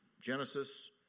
Genesis